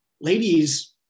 ladies